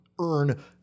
earn